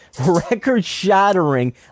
record-shattering